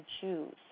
choose